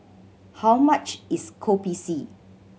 how much is Kopi C